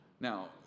Now